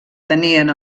tenien